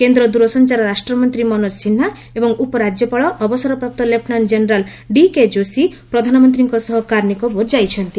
କେନ୍ଦ୍ର ଦୂରସଂଚାର ରାଷ୍ଟ୍ରମନ୍ତ୍ରୀ ମନୋଜ ସିହ୍ନା ଏବଂ ଉପରାଜ୍ୟପାଳ ଅବସରପ୍ରାପ୍ତ ଲେପୂନାଣ୍ଟ୍ ଜେନେରାଲ୍ ଡିକେ ଯୋଶୀ ପ୍ରଧାନମନ୍ତ୍ରୀଙ୍କ ସହ କାର୍ନିକୋବର ଯାଇଛନ୍ତି